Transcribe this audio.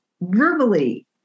Verbally